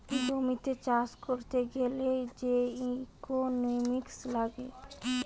জমিতে চাষ করতে গ্যালে যে ইকোনোমিক্স লাগে